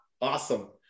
Awesome